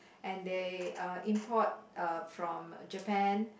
and they uh import uh from Japan